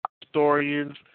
historians